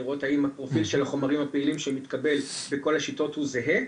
לראות האם הפרופיל של החומרים הפעילים שמתקבל בכל השיטות הוא זהה,